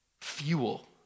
fuel